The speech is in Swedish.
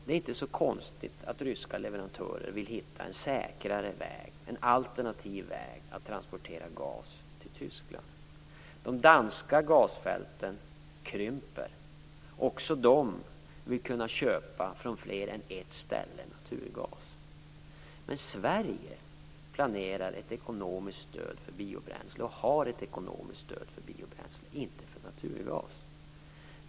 Det är inte så konstigt att ryska leverantörer vill hitta en säkrare väg, en alternativ väg, för att transportera gas till Tyskland. De danska gasfälten krymper, och även danskarna vill kunna köpa naturgas från mer än ett ställe. Sverige planerar ett ekonomiskt stöd för biobränsle och har ett ekonomiskt stöd för biobränsle, inte för naturgas.